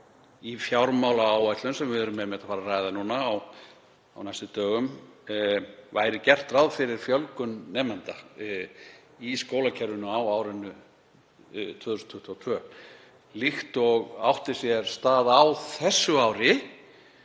í fjármálaáætlun, sem við erum einmitt að fara að ræða nú á næstu dögum, væri gert ráð fyrir fjölgun nemenda í skólakerfinu á árinu 2022 líkt og átti sér stað á þessu ári.